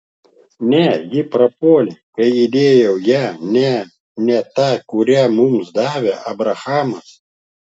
ne ji prapuolė kai įdėjau ją ne ne tą kurią mums davė abrahamas